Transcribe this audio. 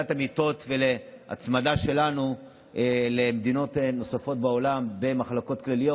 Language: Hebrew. להגדלת מספר המיטות ולהצמדה שלנו למדינות נוספות בעולם במחלקות כלליות,